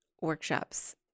workshops